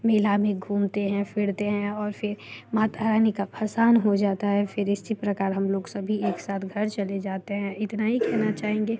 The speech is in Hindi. मेला में घूमते हैं फिरते हैं और फिर माता रानी का भसान हो जाता है फिर इसी प्रकार हम लोग सभी एक साथ घर चले जाते हैं इतना ही कहना चाहेंगे